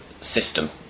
system